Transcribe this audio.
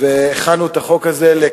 חבר הכנסת יואל חסון,